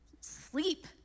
sleep